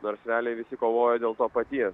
nors realiai visi kovoja dėl to paties